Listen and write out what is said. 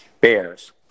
bears